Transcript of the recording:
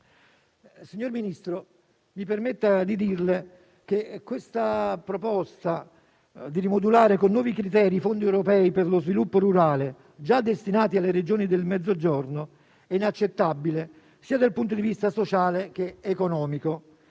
Signor Ministro, mi permetta di dirle che la proposta di rimodulare con nuovi criteri i fondi europei per lo sviluppo rurale, già destinati alle Regioni del Mezzogiorno, è inaccettabile sia dal punto di vista sociale che economico.